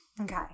okay